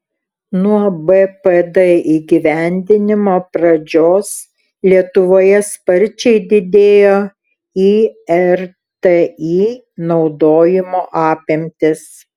nuo bpd įgyvendinimo pradžios lietuvoje sparčiai didėjo irti naudojimo apimtys